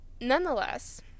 Nonetheless